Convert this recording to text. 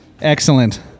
excellent